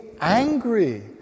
angry